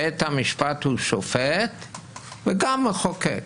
בית המשפט הוא שופט וגם מחוקק.